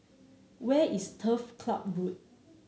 where is Turf Club Road